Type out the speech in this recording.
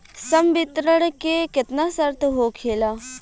संवितरण के केतना शर्त होखेला?